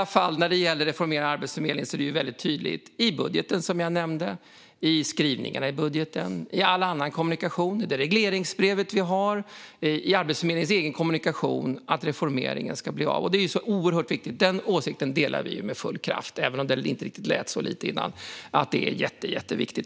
När det gäller frågan om att reformera Arbetsförmedlingen är det väldigt tydligt i skrivningarna i budgeten, som jag nämnde, i all annan kommunikation, i regleringsbrevet och i Arbetsförmedlingens egen kommunikation att reformeringen ska bli av. Det är oerhört viktigt. Den åsikten delar vi med full kraft, även om det inte riktigt lät så tidigare. Detta är jätteviktigt.